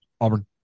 Auburn